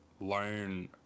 learn